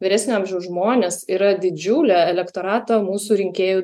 vyresnio amžiaus žmonės yra didžiulė elektorato mūsų rinkėjų